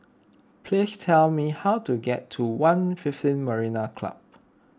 please tell me how to get to one fifteen Marina Club